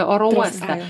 oro uostą